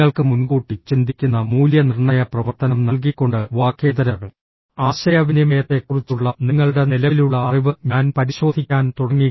നിങ്ങൾക്ക് മുൻകൂട്ടി ചിന്തിക്കുന്ന മൂല്യനിർണ്ണയ പ്രവർത്തനം നൽകിക്കൊണ്ട് വാക്കേതര ആശയവിനിമയത്തെക്കുറിച്ചുള്ള നിങ്ങളുടെ നിലവിലുള്ള അറിവ് ഞാൻ പരിശോധിക്കാൻ തുടങ്ങി